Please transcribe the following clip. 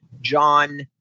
John